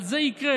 אבל זה יקרה.